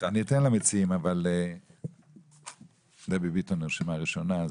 אני אתן למציעים, אבל דבי ביטון נרשמה ראשונה.